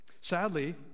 Sadly